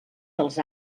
dels